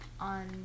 on